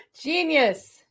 Genius